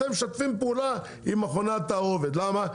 אתם משתפים פעולה עם מכוני התערובת למה?